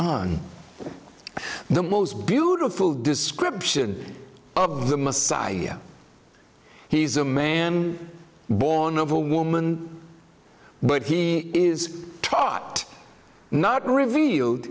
koran the most beautiful description of the messiah he's a man born of a woman but he is taught not revealed